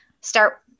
start